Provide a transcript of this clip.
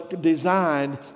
designed